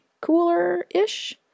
cooler-ish